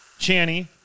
Channy